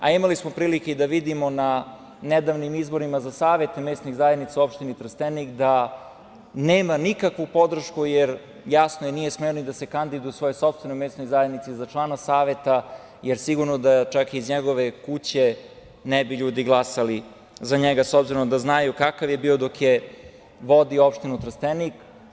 Imali smo prilike i da vidimo na nedavnim izborima za savete mesnih zajednica u opštini Trstenik da nema nikakvu podršku, jer jasno je da nije smeo ni da se kandiduje u svojoj sopstvenoj mesnoj zajednici za člana Saveta, jer sigurno da čak i iz njegove kuće ne bi ljudi glasali za njega s obzirom da znaju kakav je bio dok je vodio opštinu Trstenik.